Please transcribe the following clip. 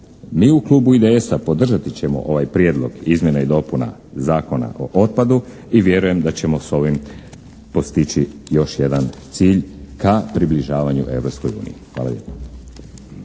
Mi u Klubu IDS-a podržat ćemo ovaj Prijedlog izmjena i dopuna Zakona o otpadu i vjerujem da ćemo s ovim postići još jedan cilj ka približavanju Europskoj uniji. Hvala lijepa.